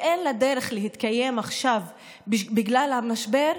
ואין לה דרך להתקיים עכשיו בגלל המשבר,